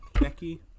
Becky